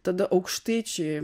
tada aukštaičiai